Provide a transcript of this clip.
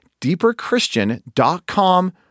deeperchristian.com